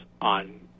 on